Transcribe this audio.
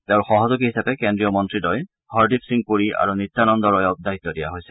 তেওঁৰ সহযোগী হিচাপে কেন্দ্ৰীয় মন্ত্ৰীদ্বয় হৰদীপ সিং পুৰী আৰু নিত্যানন্দ ৰয়ক দায়িত্ব দিয়া হৈছে